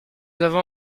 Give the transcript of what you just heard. avons